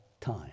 time